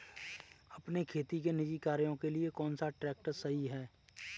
अपने खेती के निजी कार्यों के लिए कौन सा ट्रैक्टर सही है?